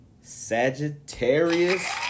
Sagittarius